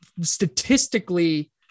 statistically